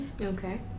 okay